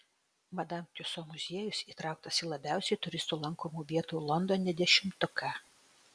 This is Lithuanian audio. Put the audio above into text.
madam tiuso muziejus įtrauktas į labiausiai turistų lankomų vietų londone dešimtuką